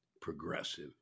Progressive